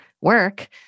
work